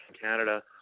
Canada